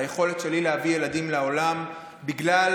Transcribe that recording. ליכולת שלי להביא ילדים לעולם בגלל